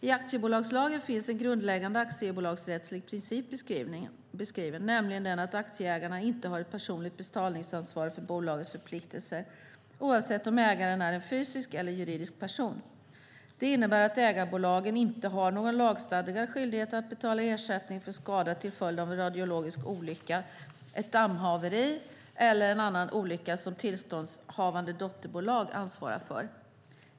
I aktiebolagslagen finns en grundläggande aktiebolagsrättslig princip beskriven, nämligen den att aktieägarna inte har ett personligt betalningsansvar för bolagets förpliktelser oavsett om ägaren är en fysisk eller juridisk person. Det innebär att ägarbolagen inte har någon lagstadgad skyldighet att betala ersättning för skada till följd av en radiologisk olycka, ett dammhaveri eller en annan olycka som ett tillståndshavande dotterbolag ansvarar för.